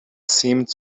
seemed